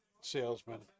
salesman